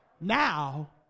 Now